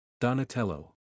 Donatello